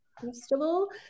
festival